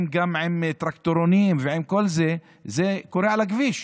עם טרקטורונים וכל זה, זה קורה על הכביש.